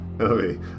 Okay